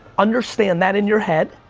understand that in your head,